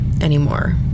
anymore